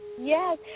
Yes